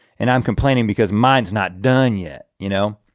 and i'm complaining because mine's not done yet, you know?